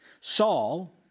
Saul